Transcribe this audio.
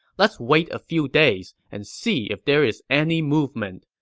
let's wait a few days and see if there's any movement.